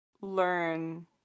learn